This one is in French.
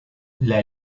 une